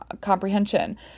comprehension